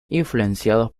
influenciados